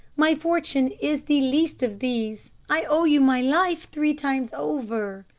my fortune is the least of these. i owe you my life three times over.